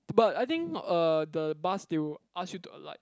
but I think not uh the bus they will ask you to alight